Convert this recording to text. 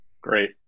great